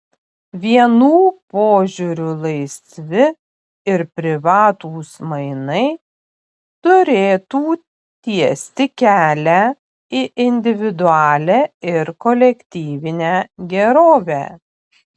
vienų požiūriu laisvi ir privatūs mainai turėtų tiesti kelią į individualią ir kolektyvinę gerovę